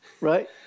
right